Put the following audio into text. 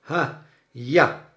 ha ja